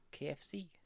KFC